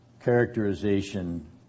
characterization